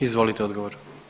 Izvolite odgovor.